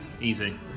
Easy